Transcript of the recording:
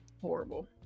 horrible